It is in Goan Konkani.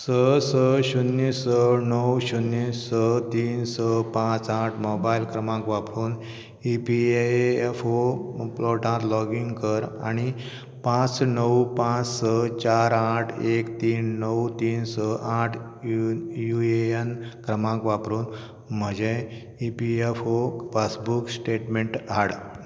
स स शुन्य स णव शिन्य स तीन स पांच आठ मोबायल क्रमांक वापरून ई पी एफ ओ पोर्टलांत लॉग इन कर आनी पांच णव पांच स चार आठ एक तीन णव तीन स आठ यु ए एन क्रमांक वापरून म्हजें E P F O passbook statement हाड